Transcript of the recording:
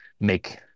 make